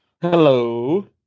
Hello